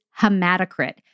hematocrit